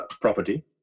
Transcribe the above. property